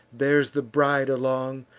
bears the bride along,